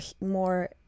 more